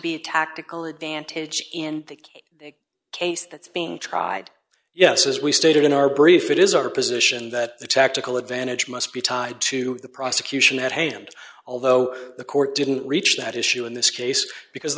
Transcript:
be tactical advantage in the case that's being tried yes as we stated in our brief it is our position that the tactical advantage must be tied to the prosecution at hand although the court didn't reach that issue in this case because